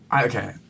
okay